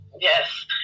yes